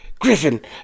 Griffin